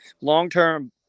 long-term